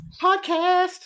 podcast